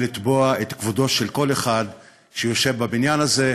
לתבוע את כבודו של כל אחד שיושב בבניין הזה.